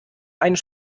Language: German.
einen